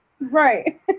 right